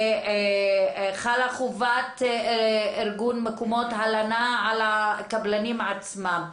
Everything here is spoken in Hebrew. חלה חובת ארגון מקומות הלנה על הקבלנים עצמם.